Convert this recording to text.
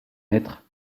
être